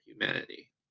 humanity